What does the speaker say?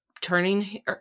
turning